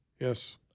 Yes